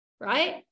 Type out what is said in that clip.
right